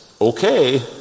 Okay